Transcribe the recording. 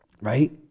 Right